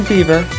Fever